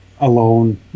alone